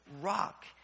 rock